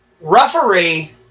referee